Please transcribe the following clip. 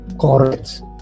correct